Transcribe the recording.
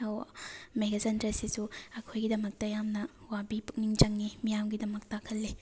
ꯃꯦꯘꯆꯟꯗ꯭ꯔꯁꯤꯁꯨ ꯑꯩꯈꯣꯏꯒꯤꯗꯃꯛꯇ ꯌꯥꯝꯅ ꯋꯥꯕꯤ ꯄꯨꯛꯅꯤꯡ ꯆꯪꯉꯤ ꯃꯤꯌꯥꯝꯒꯤꯗꯃꯛꯇ ꯈꯜꯂꯤ